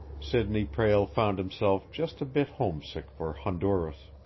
sidney prale found himself just a bit homesick for honduras.